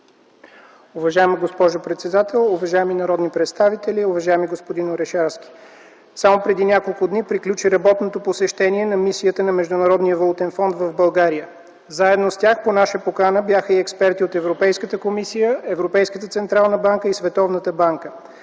Уважаема госпожо председател, уважаеми народни представители, уважаеми господин Орешарски! Само преди няколко дни приключи работното посещение на Мисията на Международния валутен фонд в България. Заедно с тях по наша покана бяха и експерти от Европейската комисия, Европейската централна банка и Световната банка.